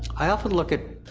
i often look at.